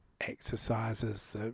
exercises